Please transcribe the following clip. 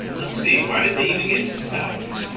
let's see why did they even get stopped